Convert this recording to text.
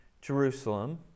Jerusalem